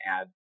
add